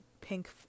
pink